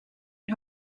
een